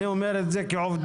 אני אומר את זה כעובדה.